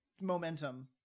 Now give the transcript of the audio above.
momentum